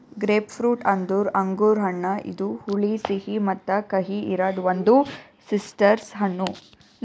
grapefruit ಅಂದುರ್ ಅಂಗುರ್ ಹಣ್ಣ ಇದು ಹುಳಿ, ಸಿಹಿ ಮತ್ತ ಕಹಿ ಇರದ್ ಒಂದು ಸಿಟ್ರಸ್ ಹಣ್ಣು